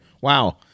Wow